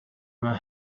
were